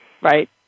Right